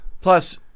Plus